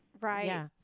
Right